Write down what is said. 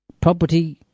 property